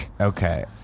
Okay